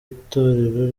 itorero